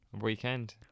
Weekend